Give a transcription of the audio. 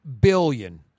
billion